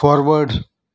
forward